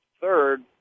third